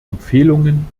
empfehlungen